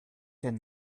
denn